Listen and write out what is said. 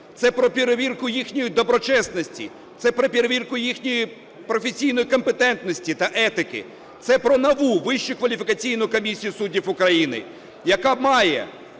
Це про перевірку їхньої доброчесності, це про перевірку їхньої професійної компетентності та етики, це про нову Вищу кваліфікаційну комісію суддів України, яка має